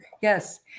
yes